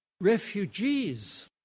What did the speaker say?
refugees